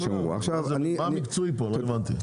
מה מקצועי כאן, לא הבנתי.